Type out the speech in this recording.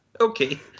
Okay